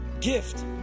gift